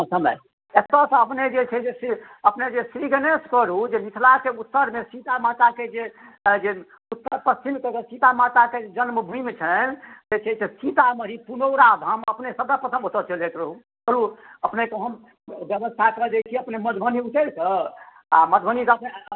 समय एतयसँ अपने जे छै से अपने जे श्री गणेश करू जे मिथिलाके उत्तरमे सीता माताके जे जे उत्तर पश्चिम कऽ के जे सीता माताके जन्मभूमि छन्हि जे छै से सीतामढ़ी पुनौरा धाम अपने सर्वप्रथम ओतय चलि जाइत रहू रहू अपनेके हम व्यवस्था कऽ दैत छी अपने मधुबनी उतरि कऽ आ मधुबनी दऽ कऽ